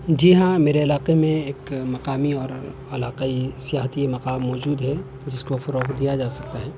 جی ہاں میرے علاقے میں ایک مقامی اور علاقائی سیاحتی مقام موجود ہے جس کو فروغ دیا جا سکتا ہے